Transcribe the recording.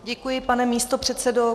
Děkuji, pane místopředsedo.